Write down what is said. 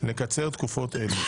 לקצר תקופות אלה.